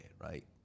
right